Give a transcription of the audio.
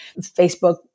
Facebook